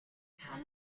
how